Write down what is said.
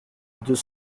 deux